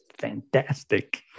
fantastic